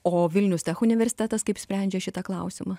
o vilnius tech universitetas kaip sprendžia šitą klausimą